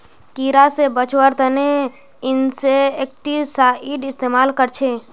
कीड़ा से बचावार तने इंसेक्टिसाइड इस्तेमाल कर छी